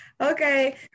Okay